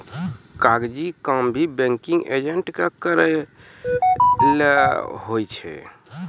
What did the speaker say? कागजी काम भी बैंकिंग एजेंट के करय लै होय छै